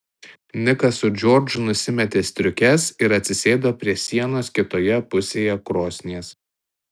nikas su džordžu nusimetė striukes ir atsisėdo prie sienos kitoje pusėje krosnies